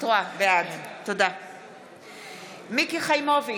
בעד מיקי חיימוביץ'